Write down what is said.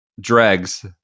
dregs